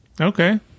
Okay